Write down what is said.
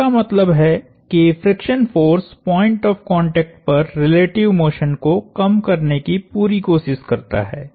इसका मतलब है कि friction force point of contact पर रिलेटिव मोशन को कम करने की पूरी कोशिश करता है